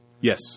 Yes